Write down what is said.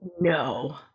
no